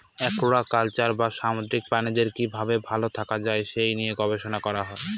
aquaculture বা সামুদ্রিক প্রাণীদের কি ভাবে ভালো থাকা যায় সে নিয়ে গবেষণা করা হয়